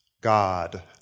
God